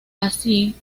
así